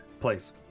place